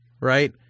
right